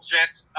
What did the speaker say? Jets